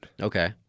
Okay